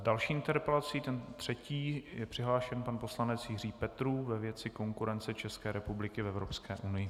S další interpelací třetí je přihlášen pan poslanec Jiří Petrů ve věci konkurence České republiky v Evropské unii.